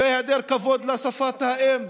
והיעדר כבוד לשפת האם,